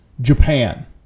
Japan